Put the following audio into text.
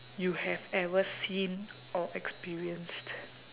you have ever seen or experienced